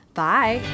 Bye